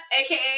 aka